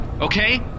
Okay